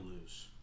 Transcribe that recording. lose